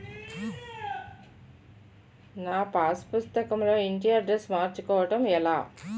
నా పాస్ పుస్తకం లో ఇంటి అడ్రెస్స్ మార్చుకోవటం ఎలా?